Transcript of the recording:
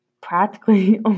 practically